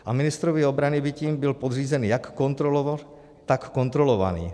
A ministrovi obrany by tím byl podřízen jak kontrolor, tak kontrolovaný.